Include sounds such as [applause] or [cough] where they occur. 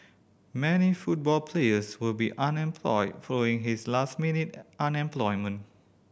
many football players will be unemployed following this last minute [unintelligible]